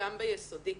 גם ביסודי.